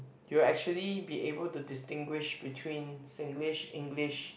you'll actually be able to distinguish between Singlish English